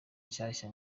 nshyashya